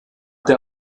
der